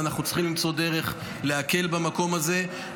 ואנחנו צריכים למצוא דרך להקל במקום הזה.